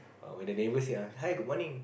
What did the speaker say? oh when the neighbour say ah hi good morning